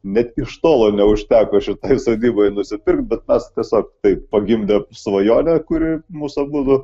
net iš tolo neužteko šitai sodybai nusipirktim bet mes tiesiog taip pagimdėm svajonę kuri mus abudu